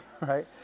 right